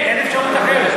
אין אפשרות אחרת.